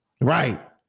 Right